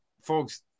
folks